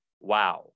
wow